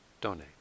donate